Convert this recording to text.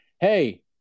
hey